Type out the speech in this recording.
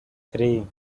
three